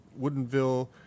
woodenville